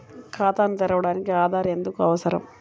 ఖాతాను తెరవడానికి ఆధార్ ఎందుకు అవసరం?